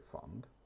fund